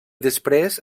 després